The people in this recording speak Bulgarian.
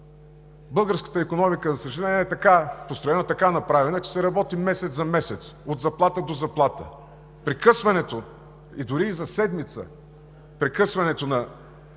българската икономика, за съжаление, така е построена, така е направена, че се работи месец за месец, от заплата до заплата. Прекъсването дори и за седмица на упражняването на